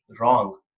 wrong